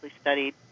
studied